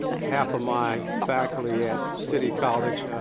half of my faculty at city college,